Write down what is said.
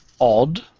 Odd